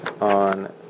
on